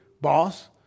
boss